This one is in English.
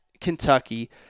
Kentucky